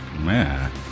man